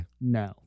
No